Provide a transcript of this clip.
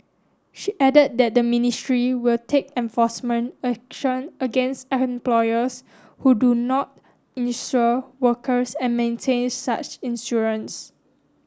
she added that the ministry will take enforcement action against employers who do not insure workers and maintain such insurance